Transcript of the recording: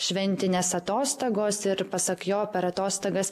šventinės atostogos ir pasak jo per atostogas